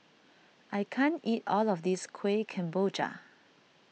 I can't eat all of this Kuih Kemboja